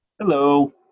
Hello